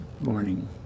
morning